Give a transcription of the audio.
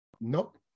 Nope